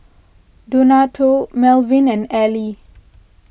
Donato Melvin and Ally